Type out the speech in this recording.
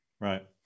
Right